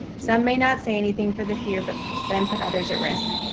some may not say anything for the fear, but then put others at risk.